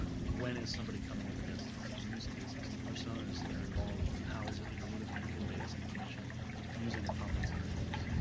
when is somebody coming up against this, the use cases and personas that are involved and how is it that you're really going to convey this information using a complex interface